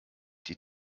die